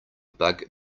bug